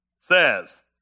says